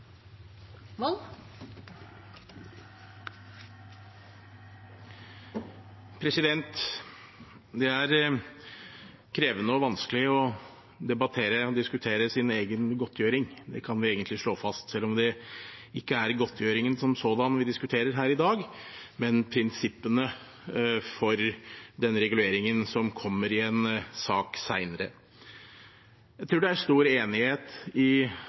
Det er krevende og vanskelig å debattere og diskutere sin egen godtgjøring, det kan vi egentlig slå fast, selv om det ikke er godtgjøringen som sådan vi diskuterer her i dag, men prinsippene for den reguleringen, som kommer i en sak senere. Jeg tror det er stor enighet i